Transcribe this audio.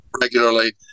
regularly